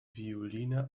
violine